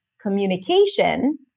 communication